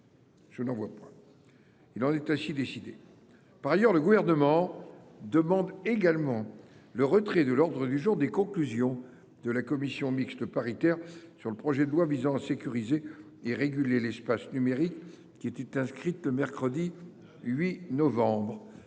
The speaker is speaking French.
observations ?… Il en est ainsi décidé. Par ailleurs, le Gouvernement demande le retrait de l’ordre du jour des conclusions de la commission mixte paritaire sur le projet de loi visant à sécuriser et réguler l’espace numérique, qui étaient inscrites le mercredi 8 novembre